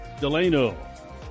delano